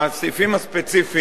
הסעיפים הספציפיים